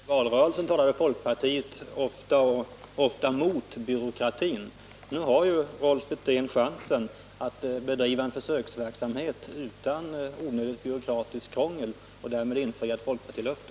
Herr talman! I valrörelsen talade folkpartiet ofta mot byråkratin. Nu har Rolf Wirtén chansen att bedriva en försöksverksamhet utan onödigt byråkratiskt krångel och därmed infria ett folkpartilöfte!